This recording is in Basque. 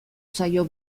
zaio